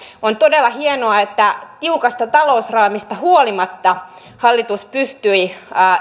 on todella hienoa että tiukasta talousraamista huolimatta hallitus pystyi